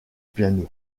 piano